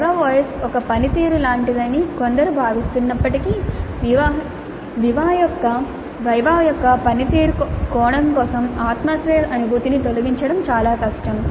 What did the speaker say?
వివా వోస్ ఒక పనితీరు లాంటిదని కొందరు భావిస్తున్నప్పటికీ వివా యొక్క పనితీరు కోణం కోసం ఆత్మాశ్రయ అనుభూతిని తొలగించడం చాలా కష్టం